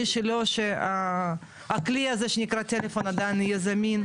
מי שלא שהכלי הזה שנקרא טלפון עדיין יהיה זמין.